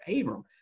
Abram